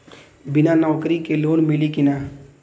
बिना नौकरी के लोन मिली कि ना?